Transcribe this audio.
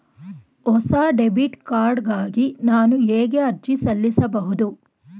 ಹೊಸ debit card ಗಾಗಿ ನಾನು ಹೇಗೆ ಅರ್ಜಿ ಸಲ್ಲಿಸುವುದು?